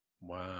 Wow